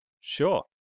Sure